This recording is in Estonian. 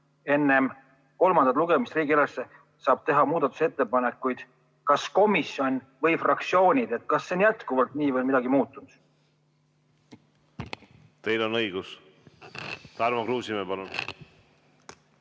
enne kolmandat lugemist saavad riigieelarve kohta teha muudatusettepanekuid kas komisjon või fraktsioonid. Kas see on jätkuvalt nii või on midagi muutunud? Teil on õigus. Tarmo Kruusimäe, palun!